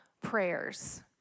prayers